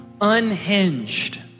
Unhinged